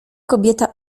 kobieta